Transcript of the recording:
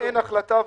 אין החלטה.